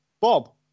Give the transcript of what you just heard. Bob